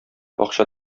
акча